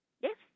Yes